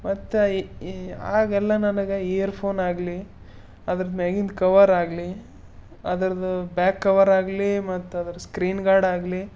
ಮತ್ತು ಈ ಈ ಆಗೆಲ್ಲ ನನಗೆ ಇಯರ್ ಫೋನಾಗಲಿ ಅದ್ರದ್ದು ಮ್ಯಾಗಿಂದು ಕವರಾಗಲಿ ಅದರದ್ದು ಬ್ಯಾಕ್ ಕವರಾಗಲಿ ಮತ್ತದರ ಸ್ಕ್ರೀನ್ ಗಾರ್ಡಾಗಲಿ